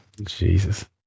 Jesus